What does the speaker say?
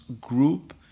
group